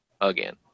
again